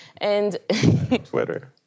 Twitter